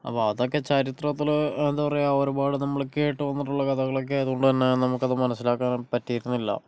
അപ്പോൾ അതൊക്കെ ചരിത്രത്തില് എന്താ പറയുക ഒരുപാട് നമ്മള് കേട്ട് വന്നിട്ടുള്ള കഥകളൊക്കെ ആയത്കൊണ്ട് തന്നെ അത് നമക്ക് മനസ്സിലാക്കാനും പറ്റിയിരുന്നില്ല